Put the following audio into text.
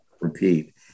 Repeat